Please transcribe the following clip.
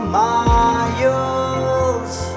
miles